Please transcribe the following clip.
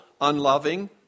unloving